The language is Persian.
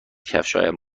کفشهایم